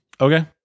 Okay